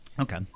Okay